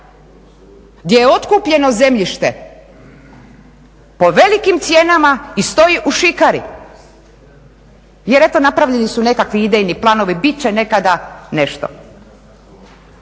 gdje je otkupljeno zemljište po velikim cijenama i stoji u šikari jer eto napravljeni su nekakvi idejni planovi, bit će nekada nešto.